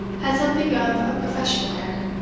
had something of a professional air.